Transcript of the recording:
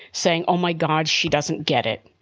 saying, oh, my god, she doesn't get it.